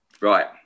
Right